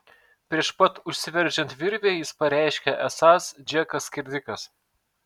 prieš pat užsiveržiant virvei jis pareiškė esąs džekas skerdikas